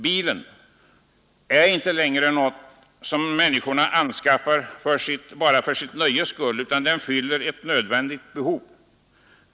Bilen är inte längre något som människorna anskaffar bara för sitt nöjes skull, utan den fyller ett reellt behov.